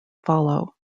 follow